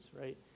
Right